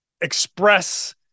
express